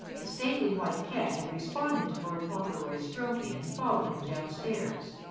the stately white cat had responded to lord fauntleroy's stroking and followed him downstairs,